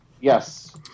Yes